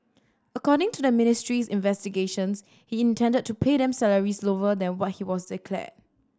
according to the ministry's investigations he intended to pay them salaries lower than what was declared